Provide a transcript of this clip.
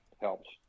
helps